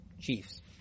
Chiefs